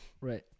Right